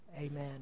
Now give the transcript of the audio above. Amen